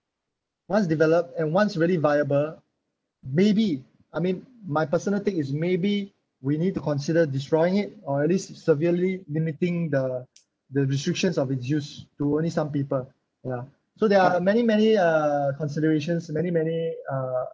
once developed and once really viable maybe I mean my personal thing is maybe we need to consider destroying it or at least severely limiting the the restrictions of its use to only some people ya so there are many many uh considerations many many uh